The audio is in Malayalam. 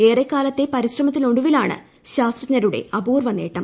ഏറെക്കാലത്തെ പരിശ്രമത്തിനൊടുവിലാണ് ശാസ്ത്രജ്ഞരുടെ അപൂർവ്വ നേട്ടം